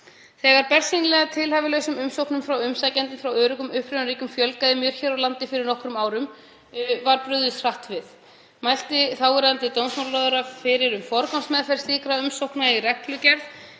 Þegar bersýnilega tilhæfulausum umsóknum frá umsækjendum frá öruggum upprunaríkjum fjölgaði mjög hér á landi fyrir nokkrum árum var brugðist hratt við. Mælti þáverandi dómsmálaráðherra fyrir um forgangsmeðferð slíkra umsókna í reglugerð